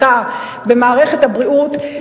ומבולקה במערכת הבריאות.